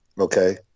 okay